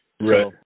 Right